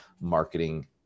marketing